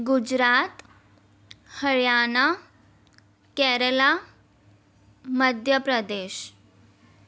Gujarat Haryana Kerala Madhya Pradesh